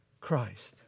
Christ